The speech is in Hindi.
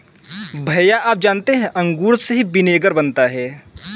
भैया आप जानते हैं अंगूर से ही विनेगर बनता है